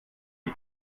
die